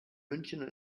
münchen